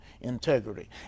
integrity